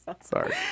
sorry